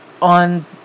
On